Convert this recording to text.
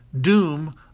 doom